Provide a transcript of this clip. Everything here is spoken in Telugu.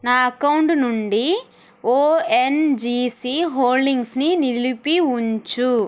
నా అకౌంటు నుండి ఓఎన్జీసీ హోల్డింగ్స్ని నిలిపి వుంచు